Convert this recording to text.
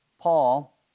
Paul